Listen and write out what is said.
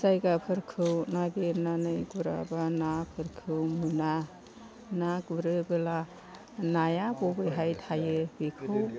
जायगाफोरखौ नागिरनानै गुराबा नाफोरखौ मोना ना गुरोबोला नाया बबेहाय थायो बेखौ